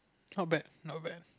not bad not bad